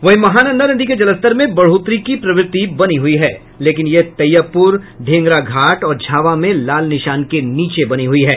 वहीं महानंदा नदी के जलस्तर में बढ़ोतरी की प्रवृति बनी है लेकिन यह तैयबपुर ढेंगराघाट और झावा में लाल निशान के नीचे बनी हुई है